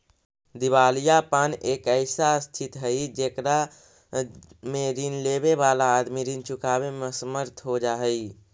दिवालियापन एक ऐसा स्थित हई जेकरा में ऋण लेवे वाला आदमी ऋण चुकावे में असमर्थ हो जा हई